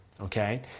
Okay